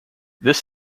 this